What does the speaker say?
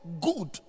good